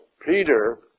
Peter